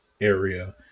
area